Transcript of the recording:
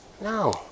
No